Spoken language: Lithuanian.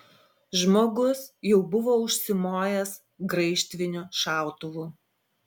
žmogus jau buvo užsimojęs graižtviniu šautuvu